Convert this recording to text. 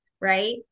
right